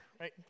right